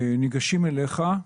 ניגשים אליך,